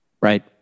Right